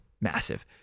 massive